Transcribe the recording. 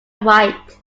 white